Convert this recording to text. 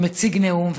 מציג נאום,